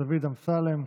דוד אמסלם.